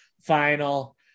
final